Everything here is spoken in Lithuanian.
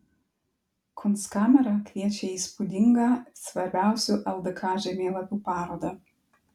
kunstkamera kviečia į įspūdingą svarbiausių ldk žemėlapių parodą